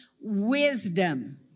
wisdom